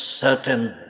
certain